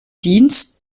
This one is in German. dienst